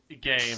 game